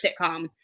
sitcom